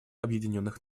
объединенных